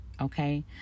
Okay